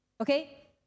Okay